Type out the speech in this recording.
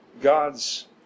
God's